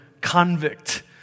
convict